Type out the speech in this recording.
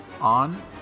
on